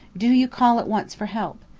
do you call at once for help.